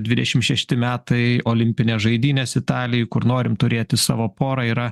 dvidešimt šešti metai olimpines žaidynes italijoj kur norim turėti savo porą yra